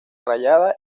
rayada